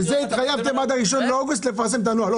כן, שזה התחייבתם עד ה-1 באוגוסט לפרסם את הנוהל.